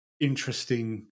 interesting